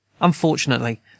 Unfortunately